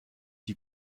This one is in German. die